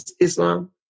Islam